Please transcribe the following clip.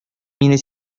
мине